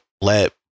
let